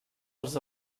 els